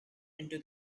into